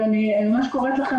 ואני ממש קוראת לכם,